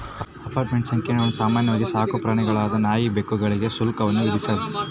apartment ಸಂಕೀರ್ಣಗಳು ಸಾಮಾನ್ಯ ಸಾಕುಪ್ರಾಣಿಗಳಾದ ನಾಯಿ ಬೆಕ್ಕುಗಳಿಗೆ ಶುಲ್ಕವನ್ನು ವಿಧಿಸ್ತದ